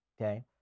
Okay